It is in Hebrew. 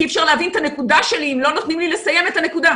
כי אי אפשר להבין את הנקודה שלי אם לא נותנים לי לסיים את הנקודה.